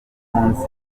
munsi